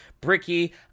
Bricky